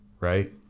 Right